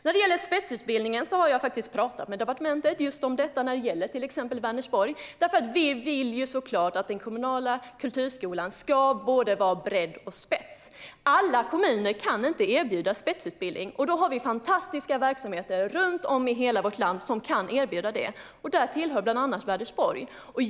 När det gäller spetsutbildningen har jag faktiskt talat med departementet om just detta, till exempel om Vänersborg. Vi vill såklart att den kommunala kulturskolan ska ha både bredd och spets. Alla kommuner kan inte erbjuda spetsutbildning, men vi har fantastiska verksamheter runt om i hela vårt land som kan erbjuda det, bland annat i Vänersborg.